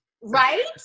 Right